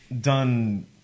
done